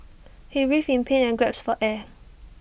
he writhed in pain and gasped for air